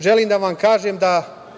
želim da vam kažem da